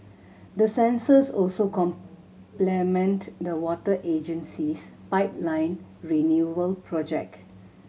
the sensors also complement the water agency's pipeline renewal project